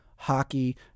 hockey